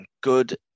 Good